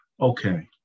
okay